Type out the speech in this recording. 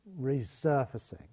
resurfacing